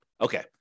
Okay